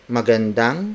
Magandang